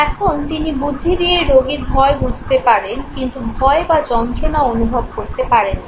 এখন তিনি বুদ্ধি দিয়েই রোগীর ভয় বুঝতে পারেন কিন্তু ভয় বা যন্ত্রণা অনুভব করতে পারেন না